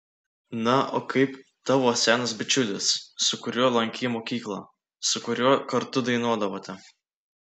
na o kaip tavo senas bičiulis su kuriuo lankei mokyklą su kuriuo kartu dainuodavote